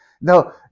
No